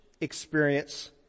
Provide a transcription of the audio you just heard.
experience